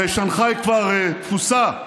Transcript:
הרי שנגחאי כבר תפוסה.